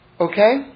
Okay